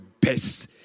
best